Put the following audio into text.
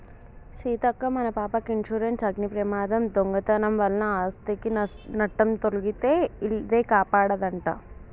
సీతక్క మన పాపకి ఇన్సురెన్సు అగ్ని ప్రమాదం, దొంగతనం వలన ఆస్ధికి నట్టం తొలగితే ఇదే కాపాడదంట